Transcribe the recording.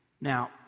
Now